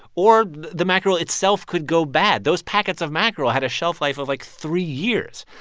or the mackerel itself could go bad. those packets of mackerel had a shelf life of, like, three years.